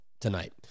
tonight